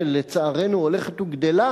שלצערנו הולכת וגדלה,